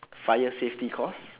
fire safety course